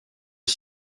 est